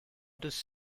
does